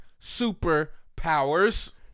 superpowers